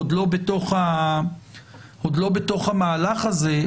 עוד לא בתוך המהלך הזה,